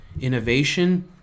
innovation